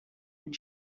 and